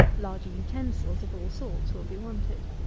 larger utensils of all sorts will be wanted.